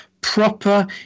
proper